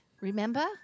Remember